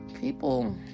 people